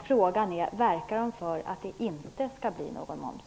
Frågan är: Verkar de för att det inte skall bli någon moms?